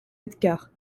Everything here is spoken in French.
cars